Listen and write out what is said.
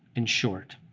in short.